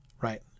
right